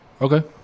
Okay